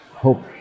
hope